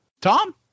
Tom